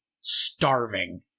starving